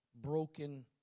broken